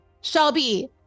Shelby